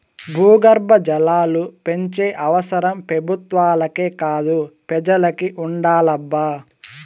భూగర్భ జలాలు పెంచే అవసరం పెబుత్వాలకే కాదు పెజలకి ఉండాలబ్బా